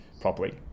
properly